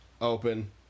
open